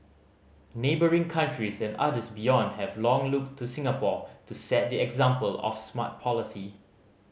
neighbouring countries and others beyond have long looked to Singapore to set the example of smart policy